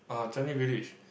uh Changi Village